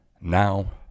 now